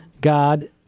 god